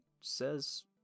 says